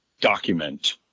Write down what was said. document